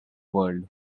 world